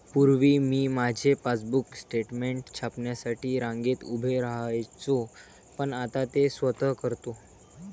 पूर्वी मी माझे पासबुक स्टेटमेंट छापण्यासाठी रांगेत उभे राहायचो पण आता ते स्वतः करतो